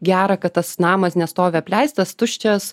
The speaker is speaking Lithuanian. gera kad tas namas nestovi apleistas tuščias